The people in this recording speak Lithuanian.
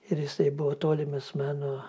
ir jisai buvo tolimas mano